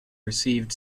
received